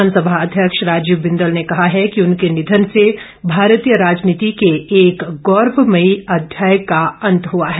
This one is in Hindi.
विधानसभा अध्यक्ष राजीव बिंदल ने कहा है कि उनके निधन से भारतीय राजनीति के एक गौरवमयी अध्याय का अंत हआ है